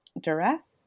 duress